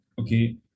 okay